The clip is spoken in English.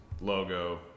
logo